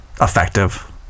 Effective